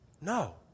No